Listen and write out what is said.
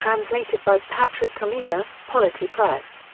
translated by patrick camiller, polity press,